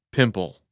Pimple